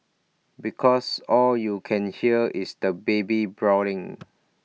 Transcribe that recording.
because all you can hear is the baby bawling